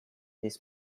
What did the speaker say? this